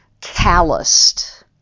calloused